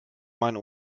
mein